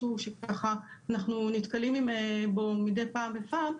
זה משהו שאנחנו נתקלים בו מדי פעם בפעם.